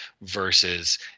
versus